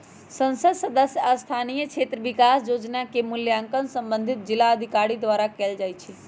संसद सदस्य स्थानीय क्षेत्र विकास जोजना के मूल्यांकन संबंधित जिलाधिकारी द्वारा कएल जाइ छइ